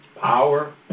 Power